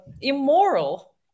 immoral